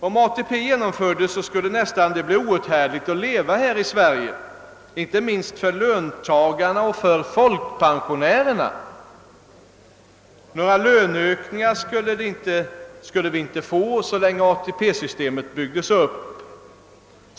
Om ATP genomfördes skulle det nästan bli outhärdligt att leva här i Sverige, inte minst för löntagarna och folkpensionärerna. Några löneökningar skulle vi inte få så länge ATP-systemet byggdes upp.